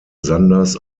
sanders